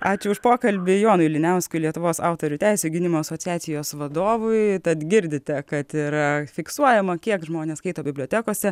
ačiū už pokalbį jonui liniauskui lietuvos autorių teisių gynimo asociacijos vadovui tad girdite kad yra fiksuojama kiek žmonės skaito bibliotekose